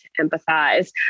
empathize